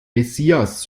messias